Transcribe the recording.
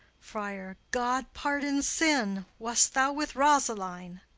friar. god pardon sin! wast thou with rosaline?